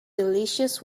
delicious